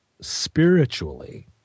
spiritually